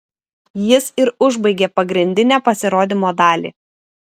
jis ir užbaigė pagrindinę pasirodymo dalį